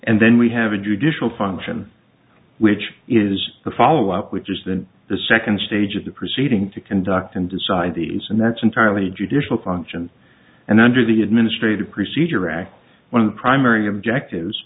and then we have a judicial function which is the follow up which is then the second stage of the proceeding to conduct and decide these and that's entirely judicial function and under the administrative procedure act one of the primary objective